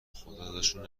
خداازشون